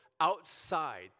outside